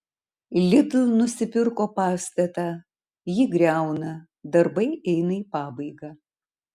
lidl nusipirko pastatą jį griauna darbai eina į pabaigą